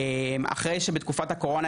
אחרי שבתקופת הקורונה,